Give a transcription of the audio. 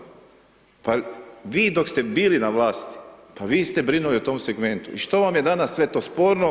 Pa vi dok ste bili na vlasti, pa vi ste brinuli o tom segmentu i što vam je danas sve to sporno?